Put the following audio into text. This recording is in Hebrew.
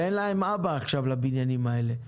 ואין להם אבא, עכשיו, לבניינים האלה.